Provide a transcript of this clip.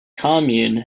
commune